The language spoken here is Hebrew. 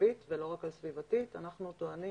מצבית ולא רק סביבתית אלא אנחנו טוענים